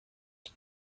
است